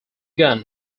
gun